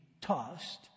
tossed